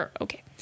Okay